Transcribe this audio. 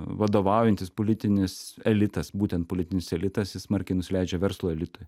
vadovaujantis politinis elitas būtent politinis elitas jis smarkiai nusileidžia verslo elitui